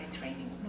training